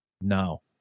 No